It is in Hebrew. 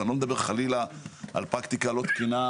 ואני לא מדבר חלילה על פרקטיקה לא תקינה,